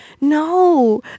No